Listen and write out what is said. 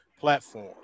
platform